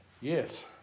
Yes